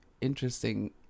interesting